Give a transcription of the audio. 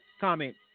comment